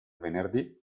venerdì